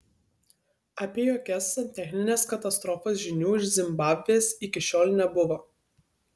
apie jokias santechnines katastrofas žinių iš zimbabvės iki šiol nebuvo